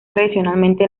tradicionalmente